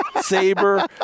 saber